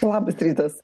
labas rytas